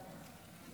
כאב עצום.